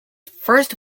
first